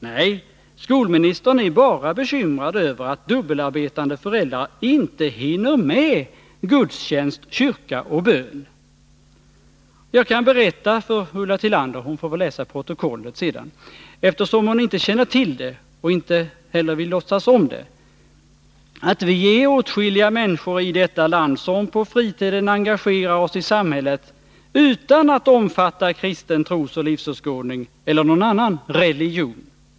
Nej, skolministern är bara bekymrad över att dubbelarbetande föräldrar inte hinner med ”gudstjänst, kyrka och bön”. Jag kan berätta för Ulla Tillander — hon får väl läsa det i protokollet sedan — eftersom hon inte känner till det eller vill låtsas om det, att vi är åtskilliga människor i detta land, som på fritiden engagerar oss i samhället utan att omfatta kristen trosoch livsåskådning eller någon annan religion.